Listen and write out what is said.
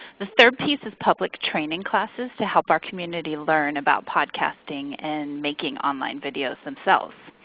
the third piece is public training classes to help our community learn about podcasting and making online videos themselves.